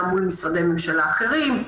גם מול משרדי ממשלה אחרים,